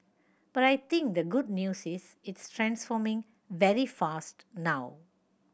but I think the good news is it's transforming very fast now